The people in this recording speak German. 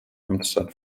amtszeit